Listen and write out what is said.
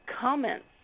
comments